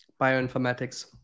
Bioinformatics